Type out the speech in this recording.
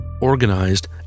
organized